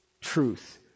truth